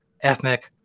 ethnic